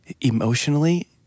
emotionally